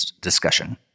discussion